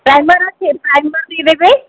primer ଅଛି primer ଟିକେ ଦେବେ